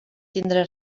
tindre